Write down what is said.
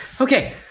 Okay